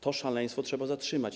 To szaleństwo trzeba zatrzymać.